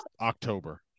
October